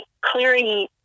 clearing